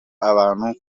abantu